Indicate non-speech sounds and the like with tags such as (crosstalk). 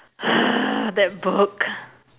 (noise) that book